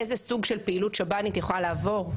איזה סוג של פעילות שב"נים יכולה לעבור?